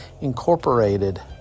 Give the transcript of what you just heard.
incorporated